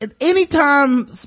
anytime